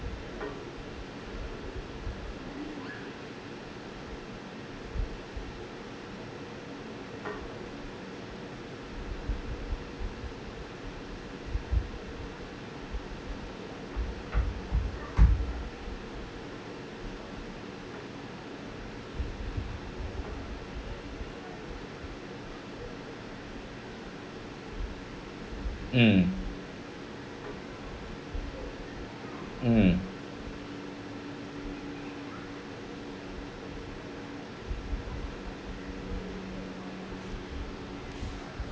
mm mm